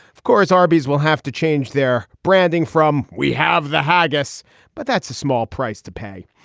of course arby's will have to change their branding from we have the haggis but that's a small price to pay.